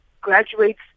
graduates